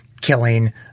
killing